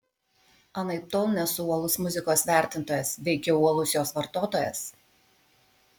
anaiptol nesu uolus muzikos vertintojas veikiau uolus jos vartotojas